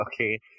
okay